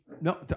No